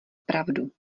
pravdu